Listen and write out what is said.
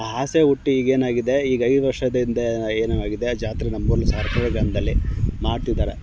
ಆ ಆಸೆ ಹುಟ್ಟಿ ಈಗೇನಾಗಿದೆ ಈಗ ಐದು ವರ್ಷದ ಹಿಂದೆ ಏನು ಆಗಿದೆ ಜಾತ್ರೆ ನಮ್ಮಲ್ಲೂ ಸಹ ಅರಕಲ್ವಾಡಿ ಗ್ರಾಮದಲ್ಲಿ ಮಾಡ್ತಿದ್ದಾರೆ